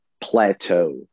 plateau